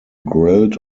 grilled